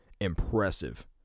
impressive